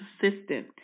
consistent